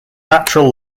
natural